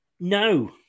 No